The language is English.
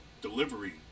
delivery